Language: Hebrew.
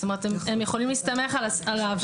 זאת אומרת, הם יכולים להסתמך על העבירה.